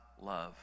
love